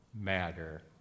matter